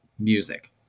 Music